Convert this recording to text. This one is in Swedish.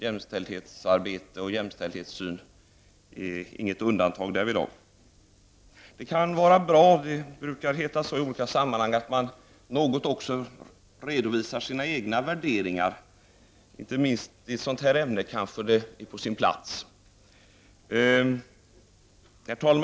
Jämställdhetsarbete och synen på jämställdhet är inte något undantag härvidlag. Det brukar i olika sammanhang heta att det kan vara bra att också något redovisa sina egna värderingar, och det är kanske på sin plats inte minst i ett sådant här ämne. Herr talman!